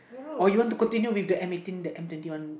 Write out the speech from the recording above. or you want to continue with the the M eighteen the M twenty one